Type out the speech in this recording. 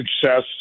success